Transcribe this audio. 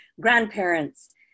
grandparents